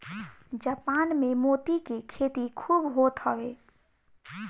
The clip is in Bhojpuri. जापान में मोती के खेती खूब होत हवे